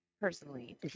personally